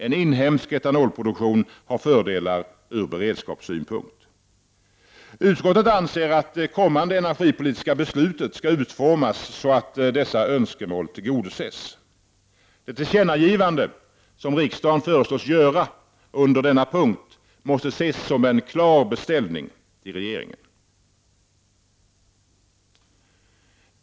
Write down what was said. — En inhemsk etanolproduktion har fördelar ur beredskapssynpunkt. Utskottet anser att det kommande energipolitiska beslutet skall utformas så att dessa önskemål tillgodoses. Det tillkännagivande som riksdagen föreslås göra under denna punkt måste ses som en klar beställning till regeringen.